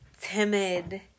timid